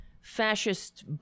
fascist